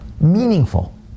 meaningful